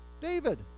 David